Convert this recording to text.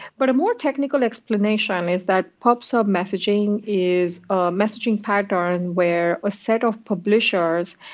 but a more technical explanation is that pub sub messaging is a messaging pattern where a set of publishers,